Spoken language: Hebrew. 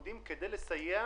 וזה בלי קשר